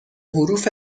حروف